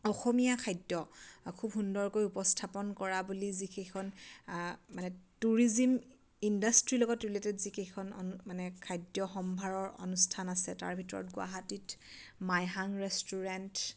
অসমীয়া খাদ্য খুব সুন্দৰকৈ উপস্থাপন কৰা বুলি যিকেইখন মানে টুৰিজিম ইণ্ডাষ্ট্ৰীৰ লগত ৰিলেটেড যিকেইখন মানে খাদ্য সম্ভাৰৰ অনুষ্ঠান আছে তাৰ ভিতৰত গুৱাহাটীত মাইহাং ৰেষ্টুৰেণ্ট